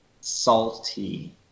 salty